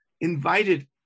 invited